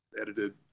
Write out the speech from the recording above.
edited